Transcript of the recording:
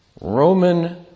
Roman